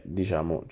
diciamo